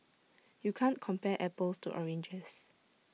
you can't compare apples to oranges